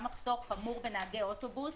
גם מחסור חמור בנהגי אוטובוס,